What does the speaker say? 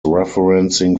referencing